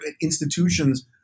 institutions